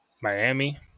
Miami